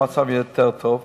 אלא יותר טוב.